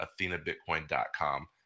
athenabitcoin.com